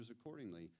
accordingly